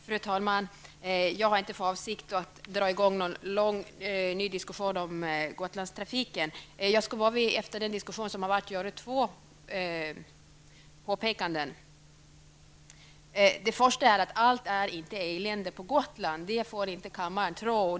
Fru talman! Jag har inte för avsikt att dra i gång en lång ny diskussion om Gotlandstrafiken. Efter den diskussion som har varit skall jag bara göra två påpekanden. För det första vill jag säga att allt inte är elände på Gotland. Det får inte kammaren tro.